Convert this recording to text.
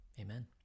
amen